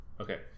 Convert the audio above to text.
Okay